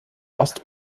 ost